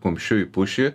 kumščiu į pušį